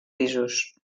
pisos